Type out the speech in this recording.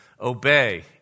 Obey